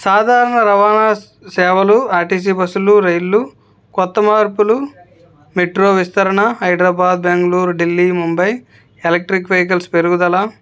సాధారణ రవాణా సేవలు ఆర్ టీ సీ బస్సులు రైళ్ళు కొత్త మార్పులు మెట్రో విస్తరణ హైదరాబాద్ బెంగళూర్ ఢిల్లీ ముంబై ఎలక్ట్రిక్ వెహికల్స్ పెరుగుదల